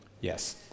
Yes